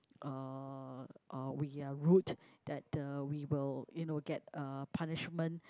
uh uh we are rude that uh we will you know get uh punishment